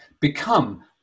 become